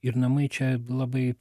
ir namai čia labai